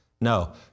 No